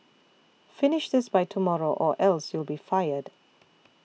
finish this by tomorrow or else you'll be fired